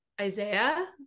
isaiah